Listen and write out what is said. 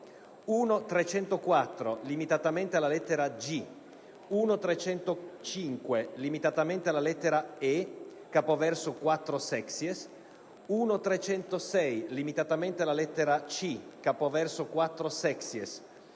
1.304, limitatamente alla lettera *g)*, 1.305, limitatamente alla lettera *e)*, capoverso 4-*sexies,* 1.306, limitatamente alla lettera *c)*, capoverso 4-*sexies*,